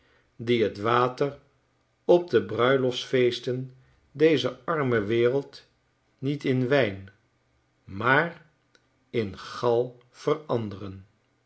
die het water op de bruiloftsfeesten dezer arme wereld niet in wijn maar in gal veranderen